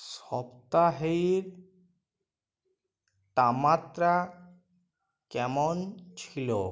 সপ্তাহের তাপমাত্রা কেমন ছিল